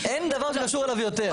אין דבר קשור אליו יותר.